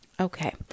Okay